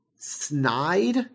snide